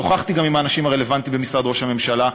שוחחתי גם עם האנשים הרלוונטיים במשרד ראש הממשלה,